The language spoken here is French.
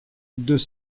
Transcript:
deux